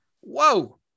Whoa